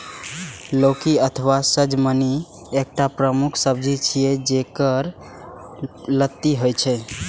लौकी अथवा सजमनि एकटा प्रमुख सब्जी छियै, जेकर लत्ती होइ छै